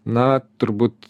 na turbūt